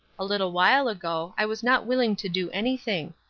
a little while ago i was not willing to do anything.